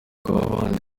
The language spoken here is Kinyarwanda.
babanje